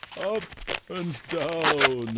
up and down,